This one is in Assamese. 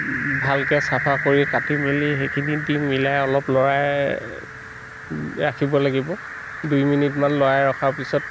ভালকৈ চাফা কৰি কাটি মেলি সেইখিনি দি মিলাই অলপ লৰাই ৰাখিব লাগিব দুই মিনিট মান লৰাই ৰখাৰ পিছত